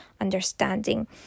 understanding